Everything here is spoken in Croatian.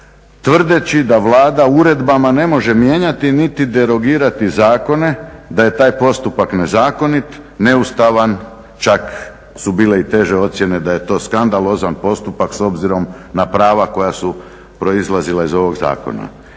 tvrdeći da Vlada uredbama ne može mijenjati, niti derogirati zakone, da je taj postupak nezakonit, neustavan. Čak su bile i teže ocjene da je to skandalozan postupak s obzirom na prava koja su proizlazila iz ovog zakona.